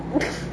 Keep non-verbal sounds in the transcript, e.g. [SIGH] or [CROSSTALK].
[LAUGHS]